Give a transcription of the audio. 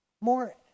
more